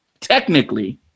technically